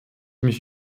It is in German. mich